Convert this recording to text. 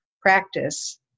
practice